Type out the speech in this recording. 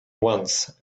once